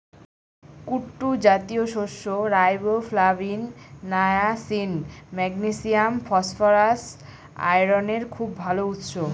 কুট্টু জাতীয় শস্য riboflavin, niacin, magnesium, phosphorus, আয়রনের খুব ভাল উৎস